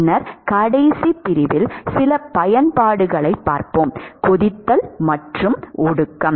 பின்னர் கடைசி பிரிவில் சில பயன்பாடுகளைப் பார்ப்போம்கொதித்தல் மற்றும் ஒடுக்கம்